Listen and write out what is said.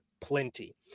plenty